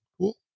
cool